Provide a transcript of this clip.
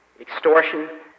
extortion